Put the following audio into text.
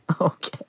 Okay